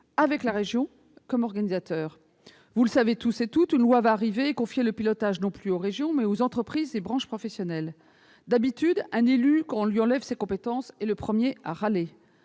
avec la région comme organisateur. Vous le savez tous et toutes : une loi va arriver, qui confiera le pilotage non plus aux régions, mais aux entreprises et aux branches professionnelles. [...] D'habitude, un élu, quand on lui enlève ses compétences, est le premier à râler